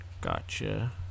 Gotcha